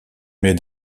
mets